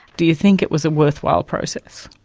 do you think it was a worthwhile process?